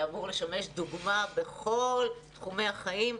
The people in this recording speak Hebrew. שאמור לשמש דוגמה בכל תחומי החיים.